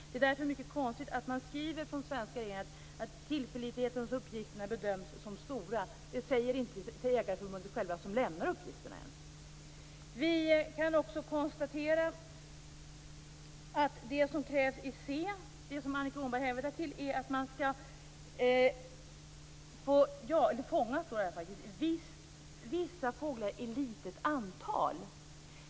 Därför är det mycket konstigt att den svenska regeringen skriver att tillförlitligheten i uppgifterna bedöms som stor. Det säger inte ens Jägareförbundet själva, alltså de som lämnar uppgifterna. Vi kan också konstatera att det som krävs i cartikeln, den som Annika Åhnberg hänvisar till, är att man skall kunna fånga - som det faktiskt står - vissa fåglar i litet antal.